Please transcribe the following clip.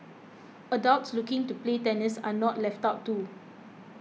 adults looking to play tennis are not left out too